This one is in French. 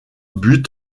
but